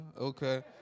okay